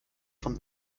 von